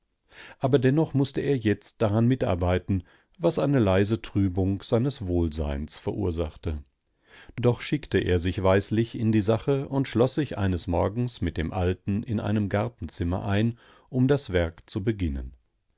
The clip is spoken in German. aber dennoch mußte er jetzt daran mitarbeiten was eine leise trübung seines wohlseins verursachte doch schickte er sich weislich in die sache und schloß sich eines morgens mit dem alten in einem gartenzimmer ein um das werk zu beginnen